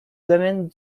domaine